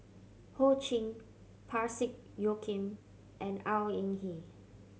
Ho Ching Parsick Joaquim and Au Hing Yee